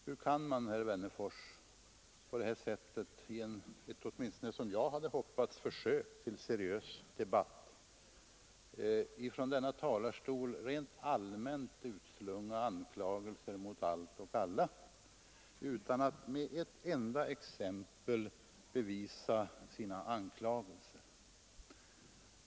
Hur kan man, herr Wennerfors, när det gäller ett försök till seriös debatt — åtminstone hade jag hoppats att det skulle bli det — från denna talarstol rent allmänt utslunga anklagelser mot allt och alla utan att med ett enda exempel bevisa sina anklagelser?